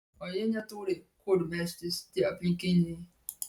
o jie neturi kur melstis tie aplinkiniai